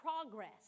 progress